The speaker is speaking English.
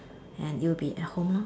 and it would be at home ah